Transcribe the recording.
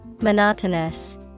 Monotonous